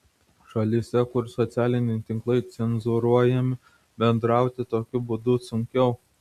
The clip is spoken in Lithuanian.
šalyse kur socialiniai tinklai cenzūruojami bendrauti tokiu būdu sunkiau